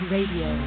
Radio